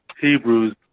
Hebrews